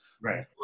Right